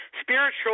Spiritual